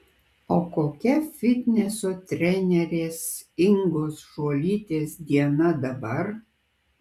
o kokia fitneso trenerės ingos žuolytės diena dabar